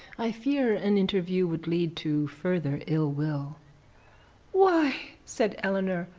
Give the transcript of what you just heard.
i fear an interview would lead to further ill will why, said eleanor,